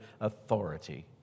authority